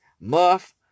muff